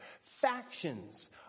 Factions